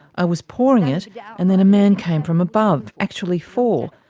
i was pouring it yeah and then a man came from above, actually four.